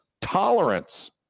tolerance